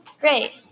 Great